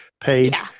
page